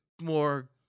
more